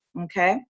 okay